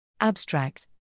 Abstract